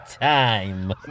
time